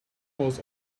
was